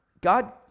God